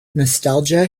nostalgia